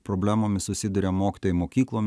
problemomis susiduria mokytojai mokyklom